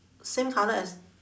same colour as